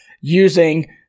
using